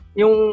yung